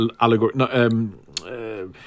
Allegory